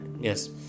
Yes